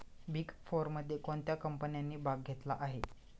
Big फोरमध्ये कोणत्या कंपन्यांनी भाग घेतला आहे?